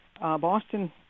Boston